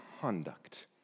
conduct